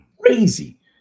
crazy